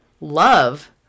love